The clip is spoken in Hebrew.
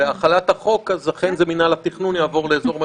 בהחלת החוק מינהל התכנון יעבור לאזור מרכז,